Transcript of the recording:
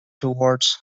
towards